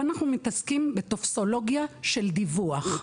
אנחנו מתעסקים בטופסולוגיה של דיווח.